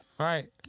right